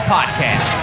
Podcast